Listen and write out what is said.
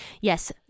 Yes